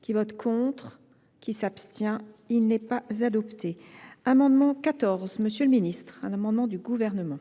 Qui vote contre, qui s'abstient, il n'est pas adopté, amendement 14 M.. le Ministre, un amendement du Gouvernement.